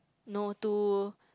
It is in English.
no to